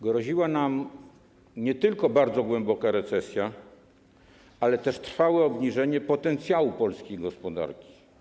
Groziła nam nie tylko bardzo głęboka recesja, ale też trwałe obniżenie potencjału polskiej gospodarki.